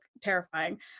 terrifying